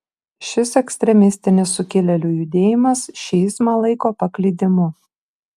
šis ekstremistinis sukilėlių judėjimas šiizmą laiko paklydimu